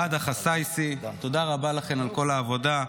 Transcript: ראדה חסייסי, תודה רבה לכן על כל העבודה.